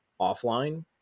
offline